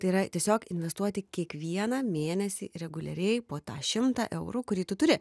tai yra tiesiog investuoti kiekvieną mėnesį reguliariai po tą šimtą eurų kurį tu turi